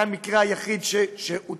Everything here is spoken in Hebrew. זה היה המקרה היחיד שהוטל